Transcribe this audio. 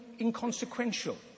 inconsequential